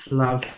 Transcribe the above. love